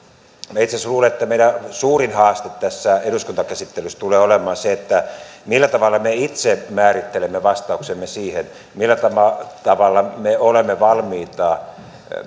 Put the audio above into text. asiassa luulen että meidän suurin haasteemme tässä eduskuntakäsittelyssä tulee olemaan se millä tavalla me itse määrittelemme vastauksemme siihen millä tavalla me olemme valmiita